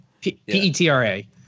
P-E-T-R-A